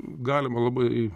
galima labai